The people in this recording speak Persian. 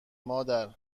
مادر